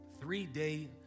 three-day